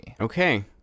okay